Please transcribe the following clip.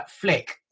flick